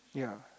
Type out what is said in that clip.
ya